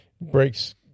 breaks